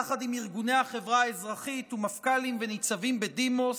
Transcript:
יחד עם ארגוני החברה האזרחית ומפכ"לים וניצבים בדימוס,